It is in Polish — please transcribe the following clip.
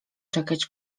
czekać